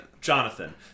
jonathan